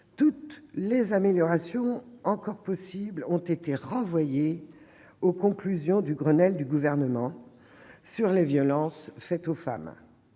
Toutes les améliorations encore possibles ont été renvoyées aux conclusions du Grenelle sur les violences faites aux femmes